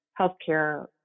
healthcare